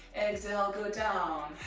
bexhale, go down.